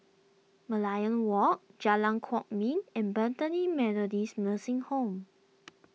Merlion Walk Jalan Kwok Min and Bethany Methodist Nursing Home